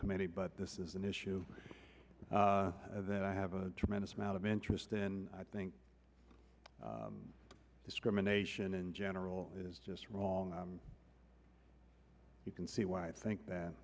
committee but this is an issue that i have a tremendous amount of interest in i think discrimination in general is just wrong and you can see why i think that